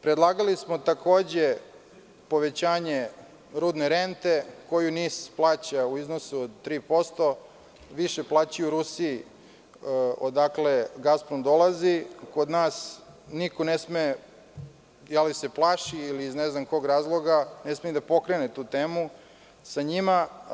Predlagali smo takođe povećanje rudne rente koju NIS plaća u iznosu od 3%, a više plaćaju Rusi odakle „Gasprom“ dolazi kod nas, niko ne sme, ili se plaši ili iz nekog drugog razloga, ne sme ni da pokrene tu temu sa njima.